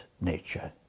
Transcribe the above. nature